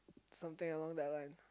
something along that line